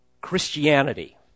Christianity